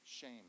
shame